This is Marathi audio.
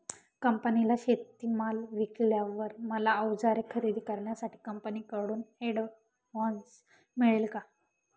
कंपनीला शेतीमाल विकल्यावर मला औजारे खरेदी करण्यासाठी कंपनीकडून ऍडव्हान्स मिळेल का?